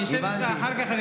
אני אשב איתך אחר כך,